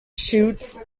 shoots